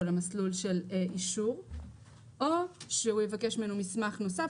למסלול של אישור או שהוא יבקש ממנו מסמך נוסף,